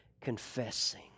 confessing